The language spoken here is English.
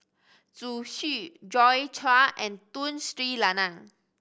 Zhu Xu Joi Chua and Tun Sri Lanang